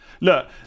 look